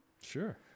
Sure